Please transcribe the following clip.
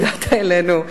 הגעת אלינו,